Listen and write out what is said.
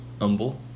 Humble